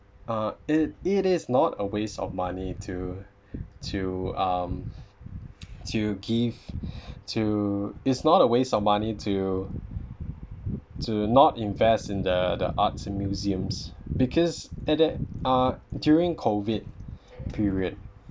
uh it it is not a waste of money to to um to give to it's not a waste of money to to not invest in the the arts museums because at the uh during COVID period